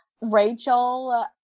Rachel